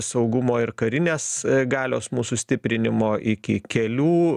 saugumo ir karinės galios mūsų stiprinimo iki kelių